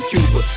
Cuba